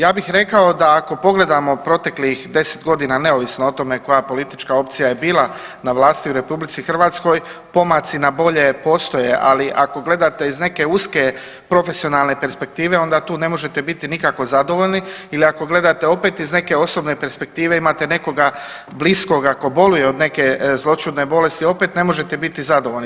Ja bih rekao da ako pogledamo proteklih 10 godina neovisno o tome koja politička opcija je bila na vlasti u RH, pomaci na bolje postoje, ali ako gledate iz neke uske profesionalne perspektive onda tu ne možete biti nikako zadovoljni ili ako gledate opet iz neke osobne perspektive imate nekoga bliskoga ko boluje od neke zloćudne bolesti opet ne možete biti zadovoljni.